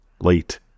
late